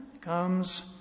comes